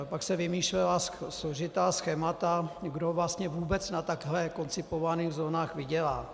Pak se vymýšlela složitá schémata, kdo vlastně vůbec na takhle koncipovaných zónách vydělá.